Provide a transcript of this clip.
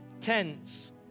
tents